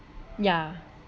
yeah